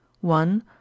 one